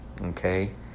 okay